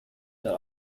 that